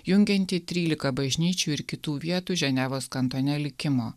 jungianti tryliką bažnyčių ir kitų vietų ženevos kantone likimo